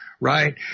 Right